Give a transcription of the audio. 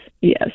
yes